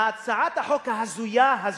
הצעת החוק ההזויה הזאת,